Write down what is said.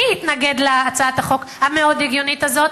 מי התנגד להצעת החוק המאוד-הגיונית הזאת?